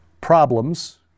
problems